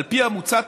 על פי המוצע,